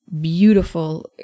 beautiful